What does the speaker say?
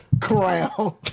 crown